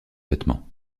vêtements